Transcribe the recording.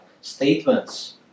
statements